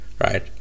right